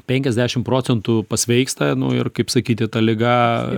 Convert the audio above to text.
penkiasdešim procentų pasveiksta nu ir kaip sakyti ta liga